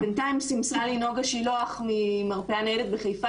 בינתיים סימסה לי נוגה שילוח ממרפאה ניידת בחיפה